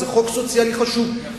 זה חוק סוציאלי חשוב,